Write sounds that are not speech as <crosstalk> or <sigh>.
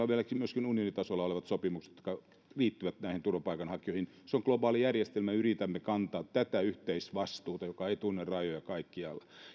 <unintelligible> on vielä myöskin unionin tasolla olevat sopimukset jotka liittyvät näihin turvapaikanhakijoihin se on globaali järjestelmä ja yritämme kantaa tätä yhteisvastuuta joka ei tunne rajoja